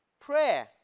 prayer